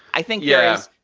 i think yes